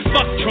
Fuck